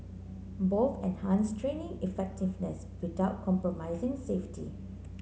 both enhanced training effectiveness without compromising safety